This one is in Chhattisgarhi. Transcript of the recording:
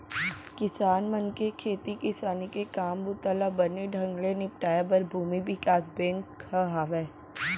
किसान मन के खेती किसानी के काम बूता ल बने ढंग ले निपटाए बर भूमि बिकास बेंक ह हावय